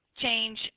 change